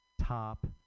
top